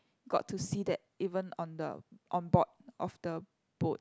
got to see that even on the on board of the boat